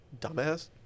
Dumbass